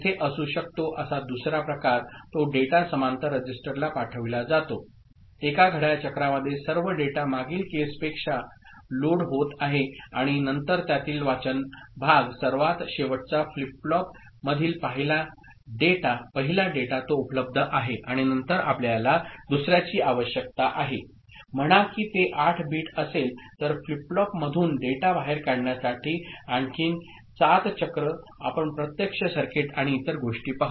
तेथे असू शकतो असा दुसरा प्रकार तो डेटा समांतर रजिस्टरला पाठविला जातो एका घड्याळ चक्रामध्ये सर्व डेटा मागील केसपेक्षा लोड होत आहे आणि नंतर त्यातील वाचन भाग सर्वात शेवटचा फ्लिप फ्लॉपमधील पहिला डेटा तो उपलब्ध आहे आणि नंतर आपल्याला दुसर्याची आवश्यकता आहे म्हणा की ते 8 बिट असेल तर फ्लिप फ्लॉपमधून डेटा बाहेर काढण्यासाठी आणखी 7 चक्र आपण प्रत्यक्ष सर्किट आणि इतर गोष्टी पाहू